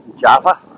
Java